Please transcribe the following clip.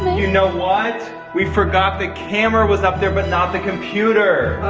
you know what, we forgot the camera was up there but not the computer.